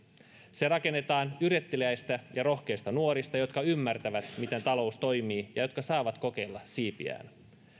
se rakennetaan yritteliäistä ja rohkeista nuorista jotka ymmärtävät miten talous toimii ja jotka saavat kokeilla siipiään